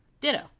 Ditto